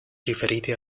riferiti